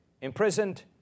imprisoned